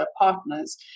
partners